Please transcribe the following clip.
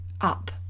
up